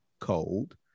cold